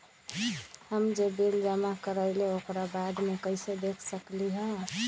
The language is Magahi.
हम जे बिल जमा करईले ओकरा बाद में कैसे देख सकलि ह?